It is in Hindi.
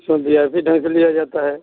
सो भी आई पी ढंग से लिया जाता है